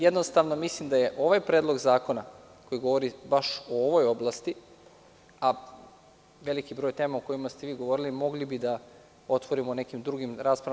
Jednostavno, mislim da ovaj član zakona koji govori baš o ovoj oblasti, a veliki je broj tema o kojima ste govorili, mogli bi da otvorimo u nekim drugim raspravama.